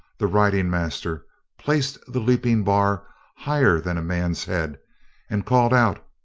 the riding master placed the leaping bar higher than a man's head and called out,